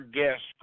guest